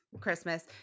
Christmas